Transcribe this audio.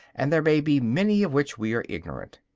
and there may be many of which we are ignorant.